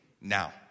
now